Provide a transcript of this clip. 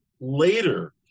later